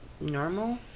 normal